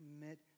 commit